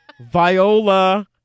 viola